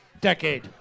Decade